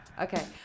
okay